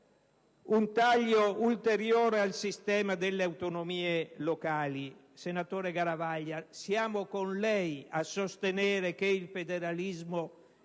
un taglio ulteriore al sistema delle autonomie locali. Senatore Garavaglia, siamo con lei nel sostenere che il federalismo, se